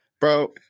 Bro